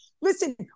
Listen